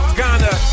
Ghana